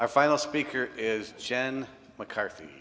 our final speaker is jan mccarthy